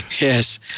yes